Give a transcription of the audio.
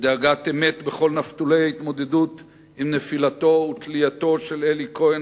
בדאגת אמת בכל נפתולי ההתמודדות עם נפילתו ותלייתו של אלי כהן,